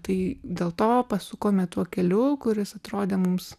tai dėl to pasukome tuo keliu kuris atrodė mums